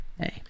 Hey